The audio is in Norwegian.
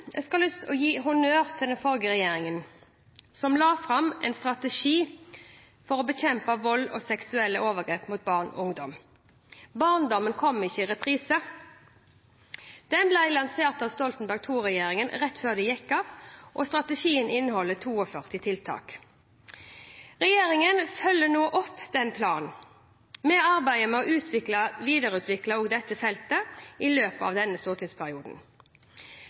Jeg har lyst til å gi honnør til den forrige regjeringen, som la fram en strategi for å bekjempe vold og seksuelle overgrep mot barn og ungdom, Barndommen kommer ikke i reprise. Strategien ble lansert av Stoltenberg II-regjeringen rett før den gikk av. Strategien inneholder 42 tiltak. Regjeringen følger nå opp planen, og arbeider med å videreutvikle dette feltet i løpet av denne stortingsperioden.